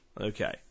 Okay